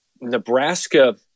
Nebraska